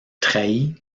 trahie